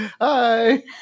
Hi